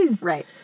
Right